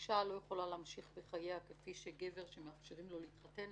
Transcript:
אישה לא יכולה להמשיך בחייה כפי שמאפשרים לגבר להתחתן,